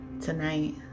Tonight